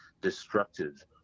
destructive